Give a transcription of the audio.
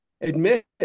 admit